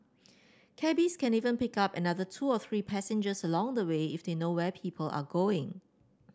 cabbies can even pick up another two or three passengers along the way if they know where people are going